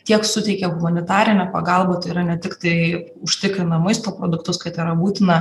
tiek suteikė humanitarinę pagalbą tai yra ne tiktai užtikrina maisto produktus kad yra būtina